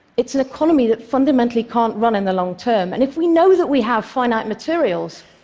it's an economy that fundamentally can't run in the long term, and if we know that we have finite materials,